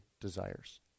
desires